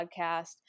podcast